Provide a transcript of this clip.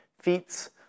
feats